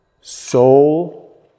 soul